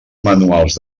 manuals